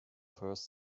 first